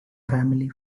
family